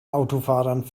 autofahrern